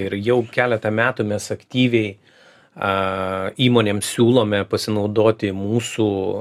ir jau keletą metų mes aktyviai a įmonėms siūlome pasinaudoti mūsų